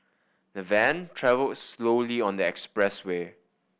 the van travelled slowly on the expressway